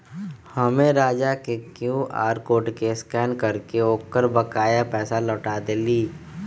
हम्मे राजा के Q R code के स्कैन करके ओकर बकाया पैसा लौटा देली